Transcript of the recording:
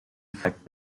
effect